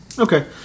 Okay